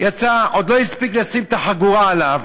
יצא, עוד לא הספיק לשים את החגורה עליו,